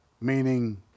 Meaning